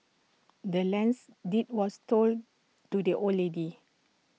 the land's deed was sold to the old lady